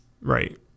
Right